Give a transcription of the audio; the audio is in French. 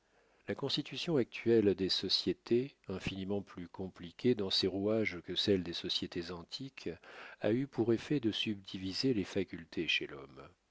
la constitution actuelle des sociétés infiniment plus compliquée dans ses rouages que celle des sociétés antiques a eu pour effet de subdiviser les facultés chez l'homme